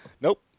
Nope